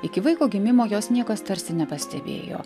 iki vaiko gimimo jos niekas tarsi nepastebėjo